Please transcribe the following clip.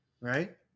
right